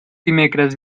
dimecres